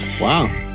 Wow